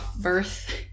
Birth